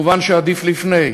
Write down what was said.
מובן שעדיף לפני,